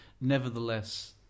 Nevertheless